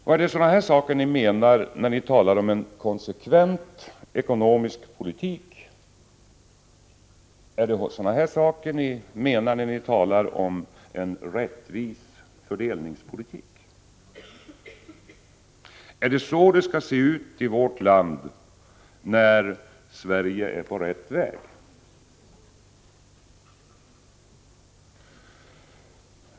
Är det detta ni menar när ni talar om en konsekvent ekonomisk politik? Är det sådana saker ni menar när ni talar om en rättvis fördelningspolitik? Är det så det skall se ut i vårt land när ”Sverige är på rätt väg”?